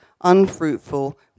unfruitful